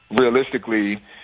realistically